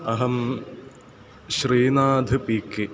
अहं श्रीनाथः पि के